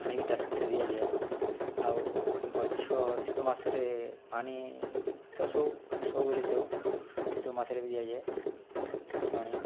ପାଣି ବି ତା ସାଥିରେ ଦିଆଯାଏ ଆଉ ଗଛ ଶୀତ ମାସରେ ପାଣି ତ ସବୁ ସବୁବେଳେ ଦେଉ ଶୀତ ମାସରେ ବି ଦିଆଯାଏ ପାଣି